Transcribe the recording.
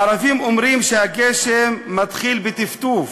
הערבים אומרים שהגשם מתחיל בטפטוף,